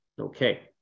Okay